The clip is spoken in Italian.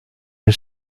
del